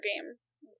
Games